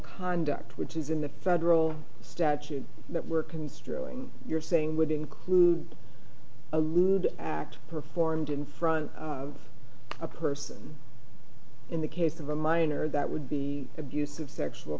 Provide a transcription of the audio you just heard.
conduct which is in the federal statute that we're construing you're saying would include a lewd act performed in front of a person in the case of a minor that would be abusive sexual